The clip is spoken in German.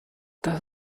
dass